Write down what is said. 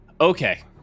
Okay